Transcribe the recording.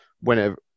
whenever